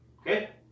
Okay